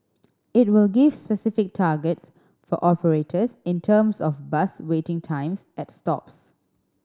it will give specific targets for operators in terms of bus waiting times at stops